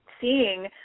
seeing